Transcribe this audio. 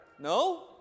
No